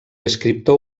escriptor